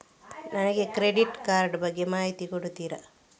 ನನಗೆ credit card ಬಗ್ಗೆ ಮಾಹಿತಿ ಕೊಡುತ್ತೀರಾ?